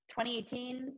2018